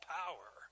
power